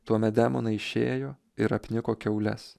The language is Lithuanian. tuomet demonai išėjo ir apniko kiaules